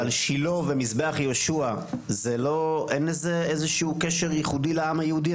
אבל שילה ומזבח יהושע אין לזה קשר ייחודי לעם היהודי?